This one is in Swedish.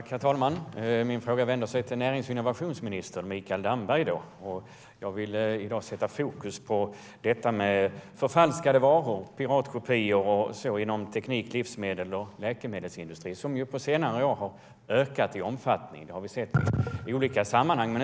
Herr talman! Min fråga går till närings och innovationsminister Mikael Damberg. Jag vill i dag sätta fokus på detta med förfalskade varor och piratkopior inom teknik, livsmedels och läkemedelssektorerna. Detta har på senare år ökat i omfattning. Det har vi sett i olika sammanhang.